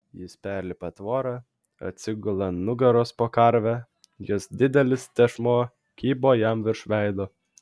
jis perlipa tvorą atsigula ant nugaros po karve jos didelis tešmuo kybo jam virš veido